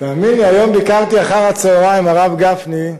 תאמין לי, היום ביקרתי אחר-הצהריים, הרב גפני,